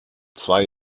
zwei